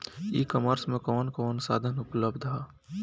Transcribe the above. ई कॉमर्स में कवन कवन साधन उपलब्ध ह?